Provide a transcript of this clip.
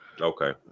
Okay